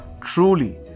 Truly